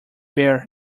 bear